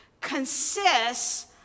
consists